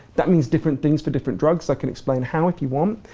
that means different things for different drugs. i can explain how if you want.